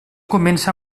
comença